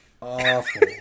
awful